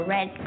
Red